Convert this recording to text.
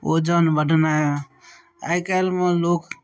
वजन बढनाइ आइ काल्हिमे लोक